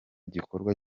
gikorwa